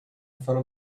front